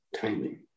Timing